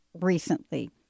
recently